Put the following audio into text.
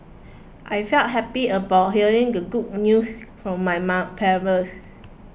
I felt happy upon hearing the good news from my mom parents